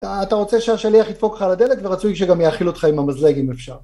אתה אתה רוצה שהשליח ידפוק לך על הדלת ורצוי שגם יאכיל אותך עם המזלג אם אפשר.